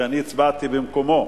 שאני הצבעתי במקומו.